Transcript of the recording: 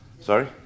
Sorry